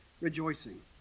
rejoicing